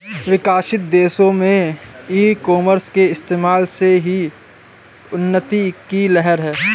विकसित देशों में ई कॉमर्स के इस्तेमाल से ही उन्नति की लहर है